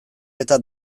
eta